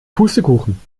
pustekuchen